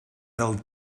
del